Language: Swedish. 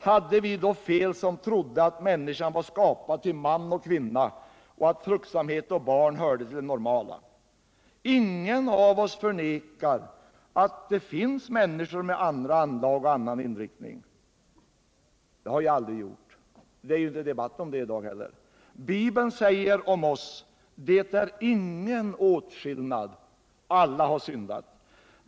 Hade vi då fel, vi som trodde att människan var skapad till man och kvinna och att fruksamhet och barn hörde till det normala livet? Ingen av oss förnekar att det finns människor med andra anlag och annan inriktning. Det har jag aldrig gjort, och det är ju ingen debatt om det i dag heller. Bibeln säger om oss: Det är ingen åtskillnad, alla har syndat.